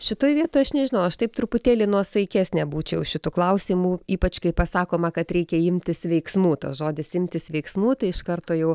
šitoj vietoj aš nežinau aš taip truputėlį nuosaikesnė būčiau šitu klausimu ypač kai pasakoma kad reikia imtis veiksmų tas žodis imtis veiksmų tai iš karto jau